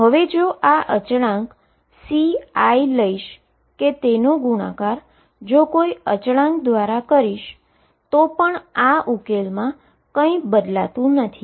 હવે જો આ કોન્સટન્ટ CI લઈશ કે તેનો ગુણાકાર જો કોઈ કોન્સટન્ટ દ્વારા કરીશ તો પણ આ ઉકેલમાં કંઈ બદલાતું નથી